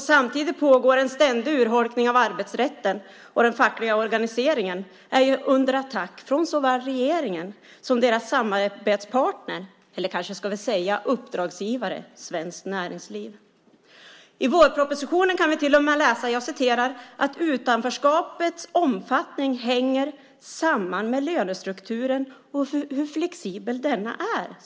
Samtidigt pågår en ständig urholkning av arbetsrätten, och den fackliga organiseringen är ju under attack från såväl regeringen som deras samarbetspartner, eller vi ska kanske säga uppdragsgivare, Svenskt Näringsliv. I vårpropositionen kan vi till och med läsa att utanförskapets omfattning hänger samman med lönestrukturen och hur flexibel denna är.